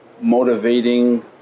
motivating